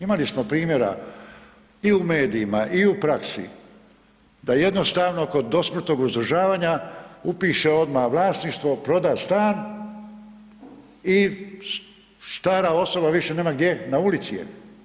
Imali smo primjera i u medijima i u praksi da jednostavno kod dosmrtnog uzdržavanja upiše odmah vlasništvo, proda stan i stara osoba više nema gdje, na ulici je.